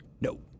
No